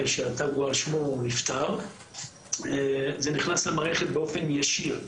שהתג על שמו נפטר זה נכנס למערכת באופן ישיר.